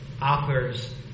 offers